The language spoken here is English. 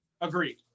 Agreed